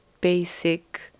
basic